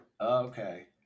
Okay